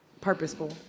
purposeful